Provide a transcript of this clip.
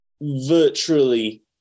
virtually